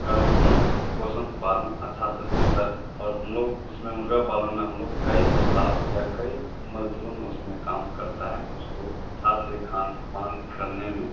उनका पोषन पालन अच्छा से बेहतर और हम लोग उसमें मुर्ग़ा पालन में हम लोग कई अस्टाफ या कई मज़दूरों ने उसमें काम करते हैं उसको हाथ से खान पान करने में